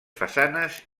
façanes